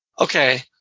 okay